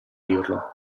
dirlo